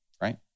right